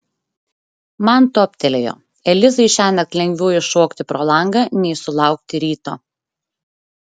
man toptelėjo elizai šiąnakt lengviau iššokti pro langą nei sulaukti ryto